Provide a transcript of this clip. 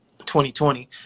2020